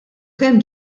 kemm